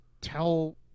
tell